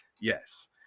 yes